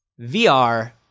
VR